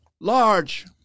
large